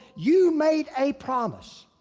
you made a promise.